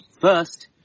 first